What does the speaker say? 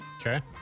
Okay